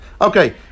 Okay